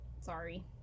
sorry